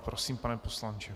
Prosím, pane poslanče.